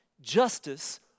justice